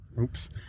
oops